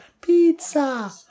pizza